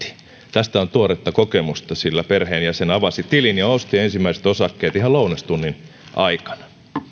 tästä on tuoretta kokemusta sillä perheenjäsen avasi tilin ja osti ensimmäiset osakkeet ihan lounastunnin aikana